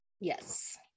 Yes